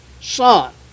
son